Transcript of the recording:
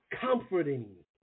comforting